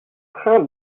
train